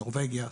נורבגיה,